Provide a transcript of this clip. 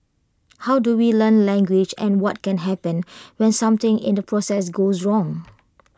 how do we learn language and what can happen when something in the process goes wrong